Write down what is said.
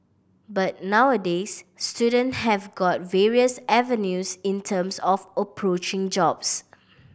but nowadays student have got various avenues in terms of approaching jobs